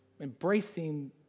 embracing